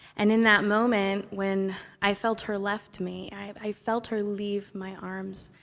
and in that moment, when i felt her left me i i felt her leave my arms